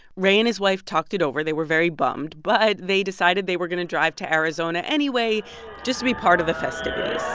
ray and his wife talked it over. they were very bummed, but they decided they were going to drive to arizona anyway just to be part of the festivities